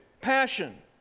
passion